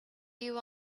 you